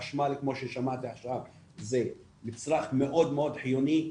חשמל כמו ששמעתי עכשיו זה מצרך מאוד מאוד חיוני,